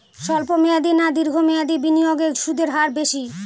স্বল্প মেয়াদী না দীর্ঘ মেয়াদী বিনিয়োগে সুদের হার বেশী?